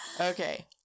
Okay